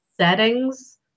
settings